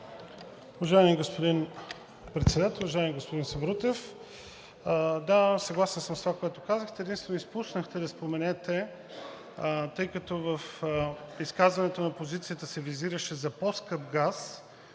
Уважаеми господин Председател! Уважаеми господин Сабрутев, да, съгласен съм с това, което казахте. Единствено изпуснахте да споменете, тъй като в изказването на опозицията се визираше за по-скъп газ,